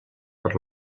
per